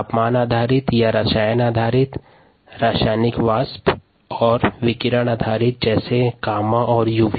तापमान आधारित या रसायन आधारित रासायनिक वाष्प आधारित और विकिरण आधारित जैसे गामा और यूवी